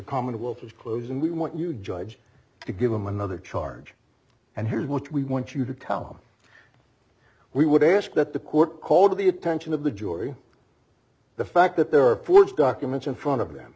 commonwealth as close and we want you judge to give them another charge and here's what we want you to tell we would ask that the court call the attention of the jury the fact that there are forged documents in front of them